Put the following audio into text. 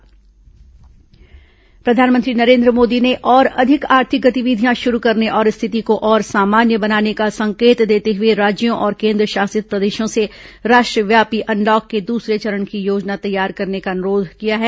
प्रधानमंत्री मुख्यमंत्री बैठक प्रधानमंत्री नरेन्द्र मोदी ने और अधिक आर्थिक गतिविधियां शुरू करने तथा रिथति को और सामान्य बनाने का संकेत देते हुए राज्यों और केन्द्रशासित प्रदेशों से राष्ट्रव्यापी अनल ॉक के दूसरे चरण की योजना तैयार करने का अनुरोध किया है